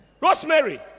Rosemary